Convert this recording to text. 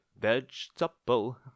vegetable